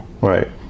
Right